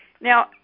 now